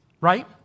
right